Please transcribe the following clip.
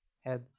head